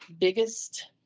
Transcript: biggest